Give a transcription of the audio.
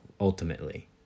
ultimately